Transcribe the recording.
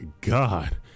god